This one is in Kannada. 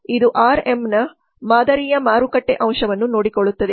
ಇದು 6M's ಮಾದರಿಯ ಮಾರುಕಟ್ಟೆ ಅಂಶವನ್ನು ನೋಡಿಕೊಳ್ಳುತ್ತದೆ